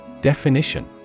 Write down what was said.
Definition